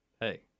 Hey